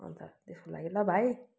अन्त त्यसको लागि ल भाइ